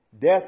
Death